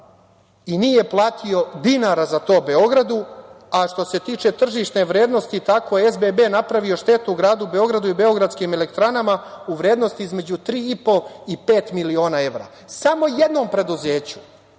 i nije platio ni dinara za to Beogradu, a što se tiče tržišne vrednosti, tako je SBB napravio štetu Gradu Beogradu i Beogradskim elektranama u vrednosti između 3,5 i 5 miliona evra. Samo jednom preduzeću